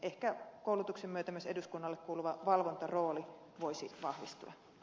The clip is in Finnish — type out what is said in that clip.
ehkä koulutuksen myötä myös eduskunnalle kuuluva valvontarooli voisi vahvistua